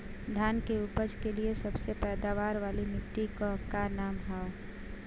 धान की उपज के लिए सबसे पैदावार वाली मिट्टी क का नाम ह?